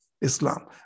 Islam